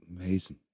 amazing